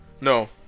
No